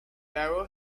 taro